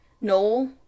Noel